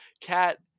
Cat